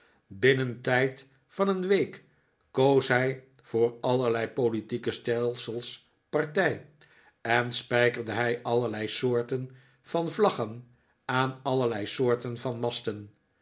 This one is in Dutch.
binnen den tijd van een week koos hij voor allerlei politieke stelsels partij en spijkerde hij allerlei soorten van vlaggen aan allerlei soorten van masten